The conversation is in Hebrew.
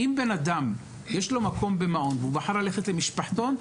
אם בנאדם יש לו מקום במעון והוא בחר ללכת למשפחתון,